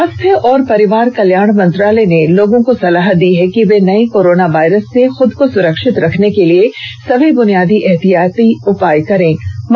स्वास्थ्य और परिवार कल्याण मंत्रालय ने लोगों को सलाह दी है कि वे नये कोरोना वायरस से अपने को सुरक्षित रखने के लिए सभी बुनियादी एहतियाती उपायों का पालन करें